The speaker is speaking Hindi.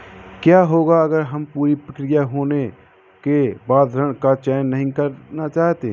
क्या होगा अगर हम पूरी प्रक्रिया पूरी होने के बाद ऋण का चयन नहीं करना चाहते हैं?